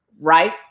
right